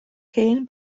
hen